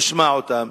ישמע אותם,